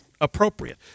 appropriate